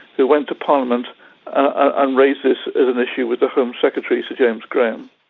who went to parliament and raised this as an issue with the home secretary sir james graham.